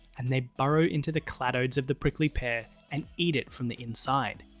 and they burrow into the cladodes of the prickly pear and eat it from the inside.